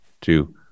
two